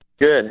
Good